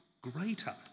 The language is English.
greater